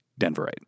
Denverite